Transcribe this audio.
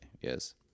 Yes